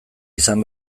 izan